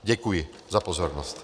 Děkuji za pozornost.